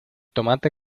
tomate